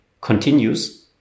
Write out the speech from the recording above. continues